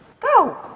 go